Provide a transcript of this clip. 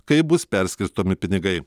kaip bus perskirstomi pinigai